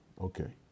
Okay